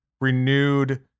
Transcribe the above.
renewed